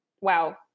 Wow